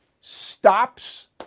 stops